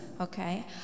okay